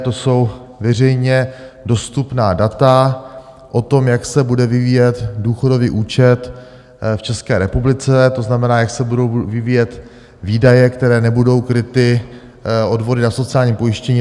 To jsou veřejně dostupná data o tom, jak se bude vyvíjet důchodový účet v České republice, to znamená, jak se budou vyvíjet výdaje, které nebudou kryty, odvody na sociální pojištění.